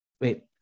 Wait